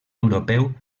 europeu